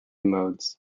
modes